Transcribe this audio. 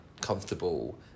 comfortable